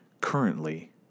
currently